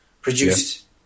produced